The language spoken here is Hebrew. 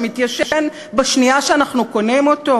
שמתיישן בשנייה שאנחנו קונים אותו?